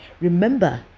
Remember